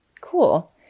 cool